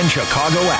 Chicago